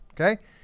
Okay